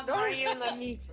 um are you and mami!